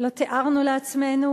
לא תיארנו לעצמנו